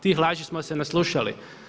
Tih laži smo se naslušali.